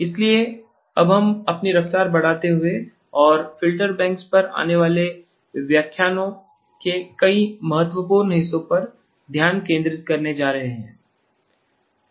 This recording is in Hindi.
इसलिए अब हम अपनी रफ़्तार बढ़ाते हुए और फ़िल्टर बैंक्स पर आने वाले व्याख्यानों के कई महत्वपूर्ण हिस्सों पर ध्यान केंद्रित करने जा रहे हैं